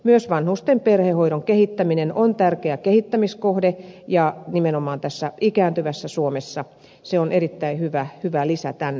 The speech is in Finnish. myös vanhusten perhehoito on tärkeä kehittämiskohde ja nimenomaan tässä ikääntyvässä suomessa se on erittäin hyvä lisä